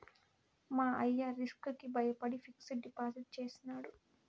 మా అయ్య రిస్క్ కి బయపడి ఫిక్సిడ్ డిపాజిట్ చేసినాడు